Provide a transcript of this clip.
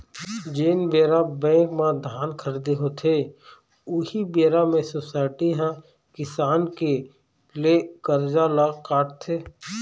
जेन बेरा बेंक म धान खरीदी होथे, उही बेरा म सोसाइटी ह किसान के ले करजा ल काटथे